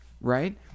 Right